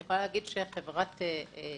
אני יכולה להגיד שלחברת בי-קום,